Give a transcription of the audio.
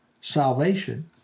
salvation